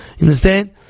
understand